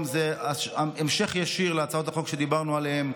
היא המשך ישיר להצעות החוק שדיברנו עליהן.